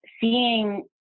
seeing